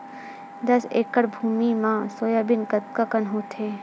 दस एकड़ भुमि म सोयाबीन कतका कन होथे?